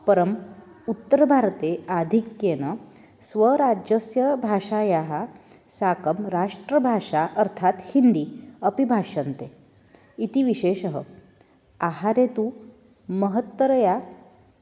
परम् उत्तरभारते आधिक्येन स्वराज्यस्य भाषायाः साकं राष्ट्रभाषा अर्थात् हिन्दी अपि भाष्यते इति विशेषः आहारे तु महत्तरया